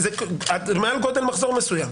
מעל גודל מחזור מסוים,